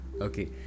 Okay